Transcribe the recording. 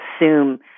assume